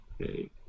Okay